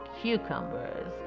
cucumbers